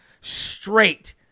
straight